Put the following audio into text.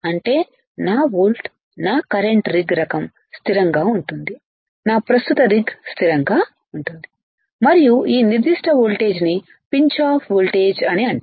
అంటే నా వోల్ట్ నా కరెంట్ రిగ్ రకం స్థిరంగా ఉంటుంది నా ప్రస్తుత రిగ్ స్థిరంగా ఉంటుంది మరియు ఈ నిర్ధిష్ట ఓల్టేజిని పించ్ ఆఫ్ వోల్టేజీ అని అంటారు